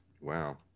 Wow